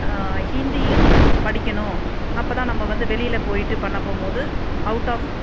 ஹிந்தியும் படிக்கணும் அப்போ தான் நம்ம வந்து வெளியில் போயிட்டு பண்ண போகும்போது அவுட் ஆஃப்